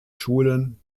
schulen